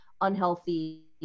unhealthy